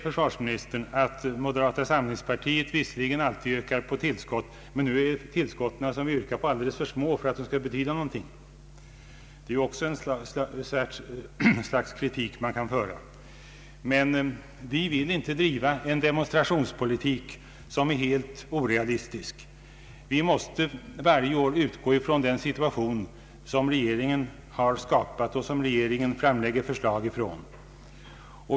Försvarsministern säger att moderata samlingspartiet visserligen alltid yrkar på tillskott till försvaret men att de tillskotten är alldeles för små för att ha någon betydelse. Ja, det är ju också ett slags kritik. Men vi vill inte driva en demonstrationspolitik som är helt meningslös. Vi måste varje år utgå från den situation som regeringen har skapat och utifrån vilken regeringen framlägger förslag.